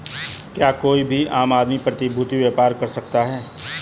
क्या कोई भी आम आदमी प्रतिभूती व्यापार कर सकता है?